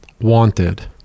wanted